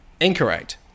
Incorrect